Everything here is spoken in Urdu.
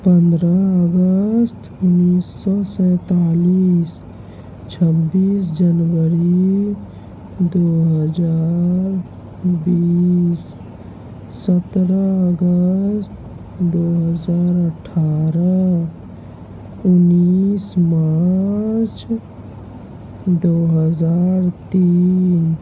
پندرہ اگست انیس سو سینتالیس چھبیس جنوری دو ہزار بیس سترہ اگست دو ہزار اٹھارہ انیس مارچ دو ہزار تین